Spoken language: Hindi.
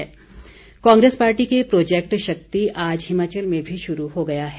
प्रोजेक्ट शक्ति कांग्रेस पार्टी का प्रोजेक्ट शक्ति आज हिमाचल में भी शुरू हो गया है